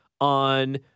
on